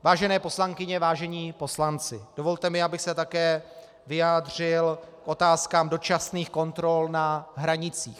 Vážené poslankyně, vážení poslanci, dovolte mi, abych se také vyjádřil k otázkám dočasných kontrol na hranicích.